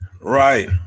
right